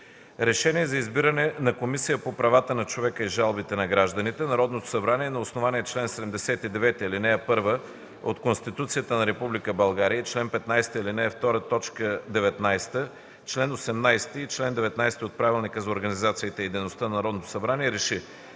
„РЕШЕНИЕ за избиране на Комисия по правата на човека и жалбите на гражданите Народното събрание на основание чл. 79, ал. 1 от Конституцията на Република България и чл. 15, ал. 2, т. 19, чл. 18 и чл. 19 от Правилника за организацията и дейността на Народното събрание